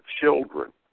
children